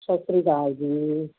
ਸਤਿ ਸ਼੍ਰੀ ਅਕਾਲ ਜੀ